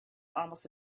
almost